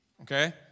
Okay